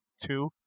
two